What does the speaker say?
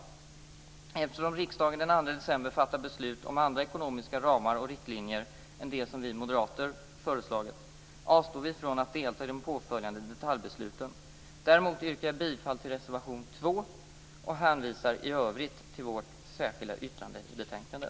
Eftersom riksdagen den 2 december fattat beslut om andra ekonomiska ramar och riktlinjer än de som vi moderater föreslagit, avstår vi från att delta i de påföljande detaljbesluten. Däremot yrkar jag bifall till reservation 2 och hänvisar i övrigt till vårt särskilda yttrande i betänkandet.